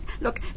Look